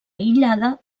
aïllada